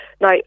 Now